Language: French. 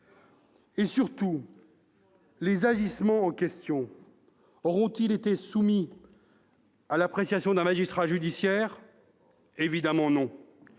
Et, surtout, les agissements en question auront-ils été soumis à l'appréciation d'un magistrat judiciaire ? Évidemment non